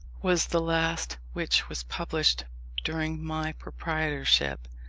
was the last which was published during my proprietorship.